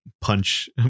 punch